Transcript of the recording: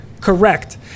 correct